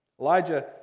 Elijah